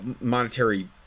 monetary